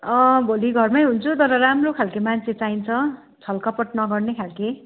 भोलि घरमै हुन्छु तर राम्रो खालको मान्छे चाहिन्छ छल कपट नगर्ने खालको